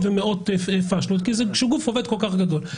ומאות מקרים בהם טעינו כי זה דבר כל כך גדול.